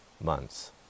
months